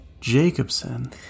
jacobson